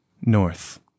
North